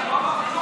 הוא לא אמר כלום.